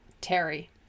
Terry